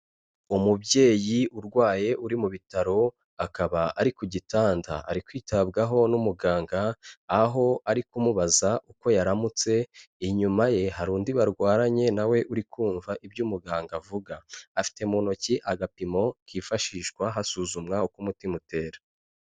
Umubyeyi urwaye uri mu bitaro, akaba ari ku gitanda, ari kwitabwaho n'umuganga, aho ari kumubaza uko yaramutse, inyuma ye hari undi barwaranye na we uri kumva ibyo umuganga avuga, afite mu ntoki agapimo kifashishwa hasuzumwa uko umutima utera.